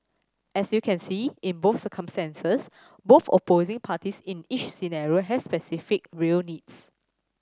as you can see in both circumstances both opposing parties in each scenario have specific real needs